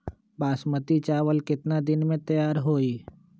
बासमती चावल केतना दिन में तयार होई?